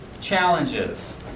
challenges